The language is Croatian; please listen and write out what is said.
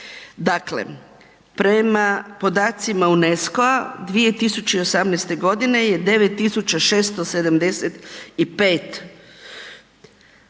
Dakle, prema podacima UNESCO-a, 2018. g. je 9 675